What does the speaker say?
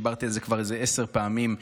דיברתי על זה כבר איזה עשר פעמים,